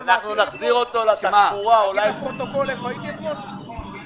לא טיילתי, הייתי בעניינים אישיים.